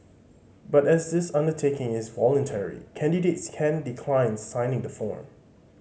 but as this undertaking is voluntary candidates can decline signing the form